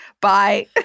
Bye